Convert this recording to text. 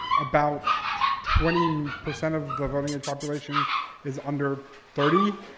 about twenty percent of the voting and population is under thirty.